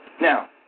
Now